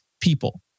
people